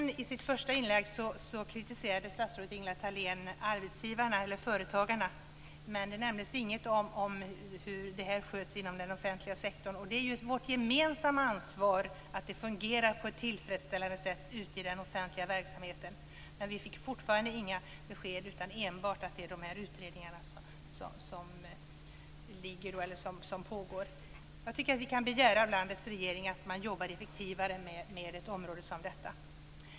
I sitt första inlägg kritiserade statsrådet Ingela Thalén arbetsgivarna eller företagarna, men det nämndes ingenting om hur det här sköts inom den offentliga sektorn. Det är ju vårt gemensamma ansvar att det fungerar på ett tillfredsställande sätt ute i den offentliga verksamheten, men vi har fortfarande inte fått några besked förutom att de här utredningarna pågår. Jag tycker att vi kan begära av landets regering att man jobbar effektivare med ett område som detta.